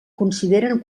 consideren